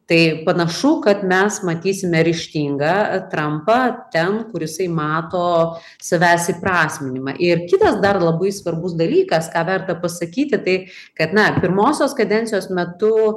tai panašu kad mes matysime ryžtingą trampą ten kur jisai mato savęs įprasminimą ir kitas dar labai svarbus dalykas ką verta pasakyti tai kad na pirmosios kadencijos metu